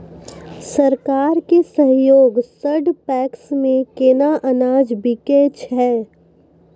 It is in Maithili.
सरकार के सहयोग सऽ पैक्स मे केना अनाज बिकै छै?